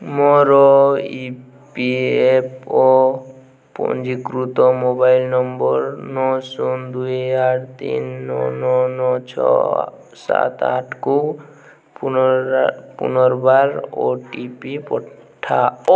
ମୋର E P F O ପଞ୍ଜୀକୃତ mobile number ନଅ ଶୂନ ଦୁଇ ଆଠ ତିନି ନଅ ନଅ ନଅ ଛଅ ସାତ ଆଠକୁ ପୁନର୍ବାର ଓ ଟି ପି ପଠାଅ